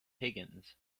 higgins